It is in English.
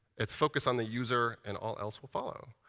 it's focus on the user and all else will follow.